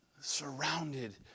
Surrounded